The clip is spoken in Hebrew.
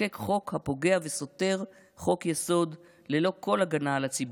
לחוקק חוק הפוגע וסותר חוק-יסוד ללא כל הגנה על הציבור.